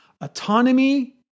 Autonomy